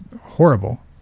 horrible